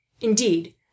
Indeed